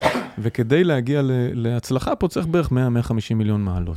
וכדי להגיע להצלחה פה צריך בערך 100-150 מיליון מעלות.